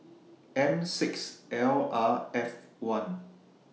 M six L R F one